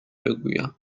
بگویم